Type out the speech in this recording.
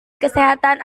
kesehatan